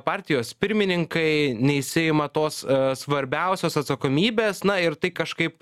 partijos pirmininkai nesiima tos svarbiausios atsakomybės na ir tai kažkaip